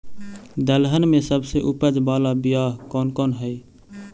दलहन में सबसे उपज बाला बियाह कौन कौन हइ?